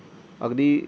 अगदी